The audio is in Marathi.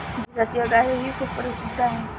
गीर जातीची गायही खूप प्रसिद्ध आहे